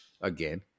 again